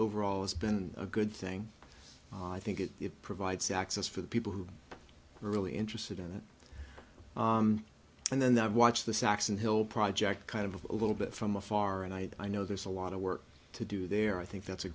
overall it's been a good thing i think it provides access for the people who are really interested in it and then they watch the saxon hill project kind of a little bit from afar and i know there's a lot of work to do there i think that's a